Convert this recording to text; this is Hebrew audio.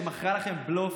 שמכרה לכם בלוף,